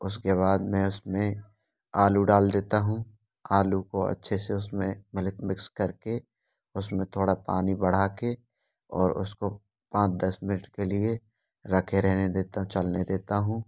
उसके बाद मैं उसमें आलू डाल देता हूँ आलू को अच्छे से उसमें मिक्स करके उसमें थोड़ा पानी बढ़ाकर और उसको पाँच दस मिनट के लिए रखे रहने देता हूँ चलने देता हूँ